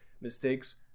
Mistakes